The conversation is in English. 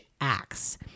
Acts